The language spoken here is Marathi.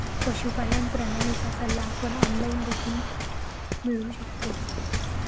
पशुपालन प्रणालीचा सल्ला आपण ऑनलाइन देखील मिळवू शकतो